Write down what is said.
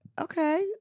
Okay